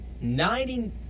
Ninety-